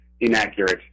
inaccurate